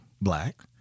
black